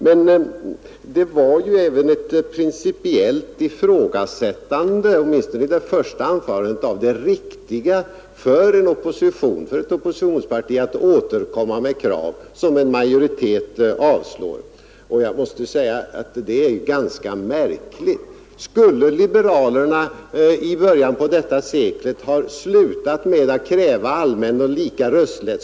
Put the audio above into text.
Men det var även ett principiellt ifrågasättande åtminstone i hans första anförande av det riktiga i att ett oppositionsparti återkommer med krav som en majoritet har avslagit. Jag tycker det är märkligt att han ifrågasätter det. Skulle liberalerna i början av detta sekel ha upphört med att kräva allmän och lika rösträtt?